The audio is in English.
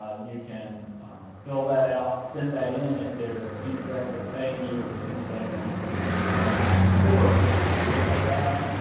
ah you can fill that out, send that in if they're incorrectly paying you as a single veteran with no dependents, or if they have